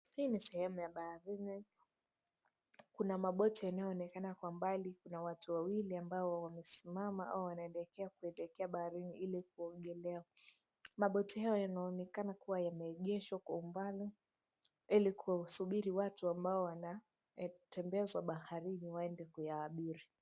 Hii ni sehemu ya baharini. Kuna maboti yanayoonekana kwa mbali, kuna watu wawili ambao wamesimama au wanaelekea baharini ili kuogelea. Maboti hayo yanaonekana kua yameegeshwa kwa umbali ili kuwasubiri watu ambao wanatembezwa baharini waende kuyaabiri.